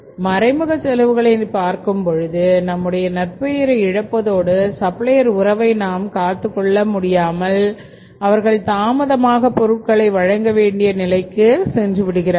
மறைமுக செலவுகளை நாம் பார்க்கும் பொழுது நம்முடைய நற்பெயரை இழப்பதோடு சப்ளையர் உறவை நாம் காத்துக் கொள்ள முடியாமல்அவர்கள் தாமதமாக பொருட்களை வழங்கக் கூடிய நிலைக்கும் சென்று விடுகிறார்கள்